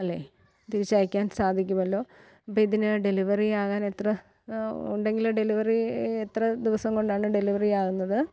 അല്ലെങ്കില് തിരിച്ചയയ്ക്കാൻ സാധിക്കുമല്ലോ അപ്പോള് ഇതിന് ഡെലിവറി ആകാനെത്ര ഉണ്ടെങ്കില് ഡെലിവറി എത്ര ദിവസം കൊണ്ടാണ് ഡെലിവറി ആകുന്നത്